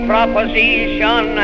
proposition